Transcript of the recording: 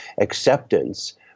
acceptance